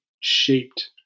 shaped